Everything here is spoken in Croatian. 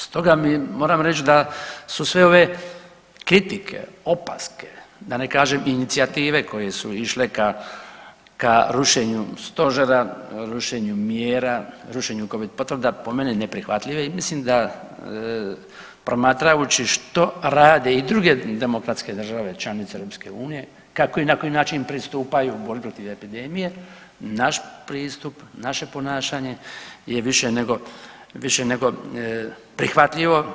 Stoga moram reći da su sve ove kritike, opaske da ne kažem inicijative koje su išle ka, ka rušenju stožera, rušenju mjera, rušenju Covid potvrda po meni neprihvatljive i mislim da promatrajući što rade i druge demokratske države članice EU kako i na koji način pristupaju borbi protiv epidemije naš pristup, naše ponašanje je više nego, više nego prihvatljivo.